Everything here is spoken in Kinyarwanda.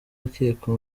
ukekwa